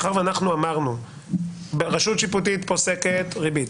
מאחר ואנחנו אמרנו שרשות שיפוטית פוסקת ריבית,